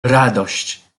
radość